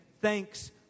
thanks